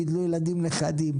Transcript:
גידלו ילדים ונכדים.